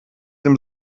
dem